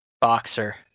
boxer